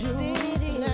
city